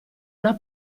una